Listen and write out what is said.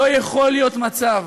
לא יכול להיות מצב